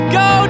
go